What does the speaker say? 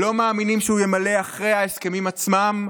לא מאמינים שהוא ימלא אחרי ההסכמים עצמם,